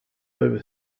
over